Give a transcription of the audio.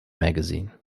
magazin